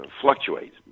fluctuate